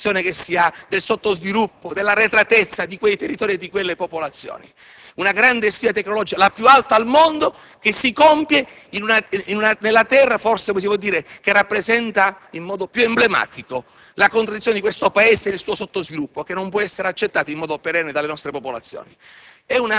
alla percezione che si ha del sottosviluppo, dell'arretratezza di quei territori e di quelle popolazioni? Una grande sfida tecnologica, la più alta al mondo che si compie nella terra che forse rappresenta in modo più emblematico la contraddizione di questo Paese e del suo sottosviluppo, che non può essere accettata in modo perenne dalle nostre popolazioni.